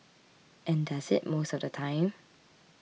and does it most of the time